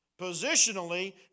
Positionally